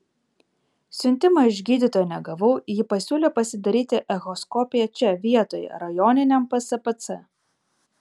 siuntimo iš gydytojo negavau ji pasiūlė pasidaryti echoskopiją čia vietoje rajoniniam pspc